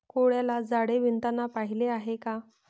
कोळ्याला जाळे विणताना पाहिले आहे का?